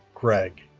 gregg